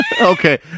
Okay